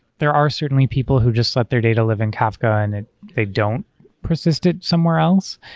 there are certainly people who just let their data live in kafka and and they don't persist it somewhere else.